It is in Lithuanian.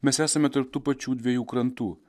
mes esame tarp tų pačių dviejų krantų